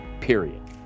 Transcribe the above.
period